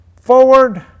forward